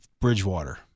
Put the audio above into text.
Bridgewater